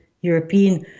European